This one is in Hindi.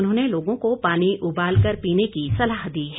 उन्होंने लोगों को पानी उबाल कर पीने की सलाह दी है